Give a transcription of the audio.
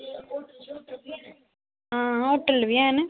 हां होटल बी हैन